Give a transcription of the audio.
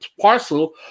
parcel